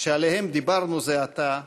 שעליהם דיברנו זה עתה,